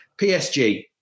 PSG